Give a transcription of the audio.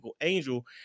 angel